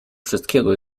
wszystkiego